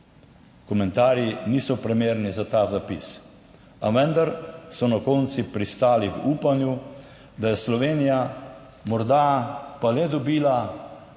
Komentarji niso primerni za ta zapis, a vendar so na koncu pristali v upanju, da je Slovenija morda pa le dobila